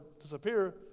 disappear